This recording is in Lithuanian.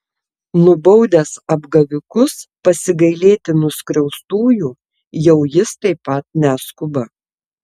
nubaudęs apgavikus pasigailėti nuskriaustųjų jau jis taip pat neskuba